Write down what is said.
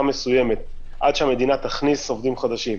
מסוימת עד שהמדינה תכניס עובדים חדשים,